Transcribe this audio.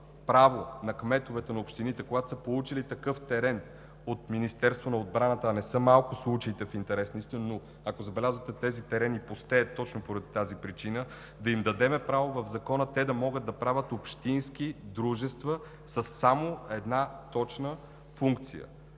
право на кметовете на общините, когато са получили такъв терен от Министерството на отбраната – в интерес на истината, не са малко случаите, но ако забелязвате, тези терени пустеят точно поради тази причина – да им дадем право в Закона те да могат да правят общински дружества само с една точна функция